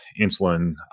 insulin